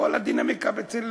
הכול הדינמיקה אצל